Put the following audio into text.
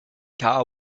car